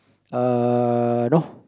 uh no